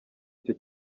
icyo